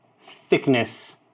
thickness